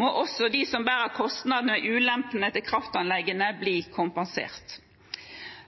må også de som bærer kostnadene med ulempene ved kraftanleggene, bli kompensert.